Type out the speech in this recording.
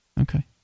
Okay